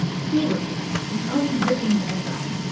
helicase the unzipping enzyme.